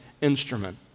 instrument